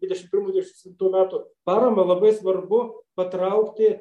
dvidešim pirmų dvidešim septintų metų paramą labai svarbu patraukti